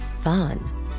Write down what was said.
fun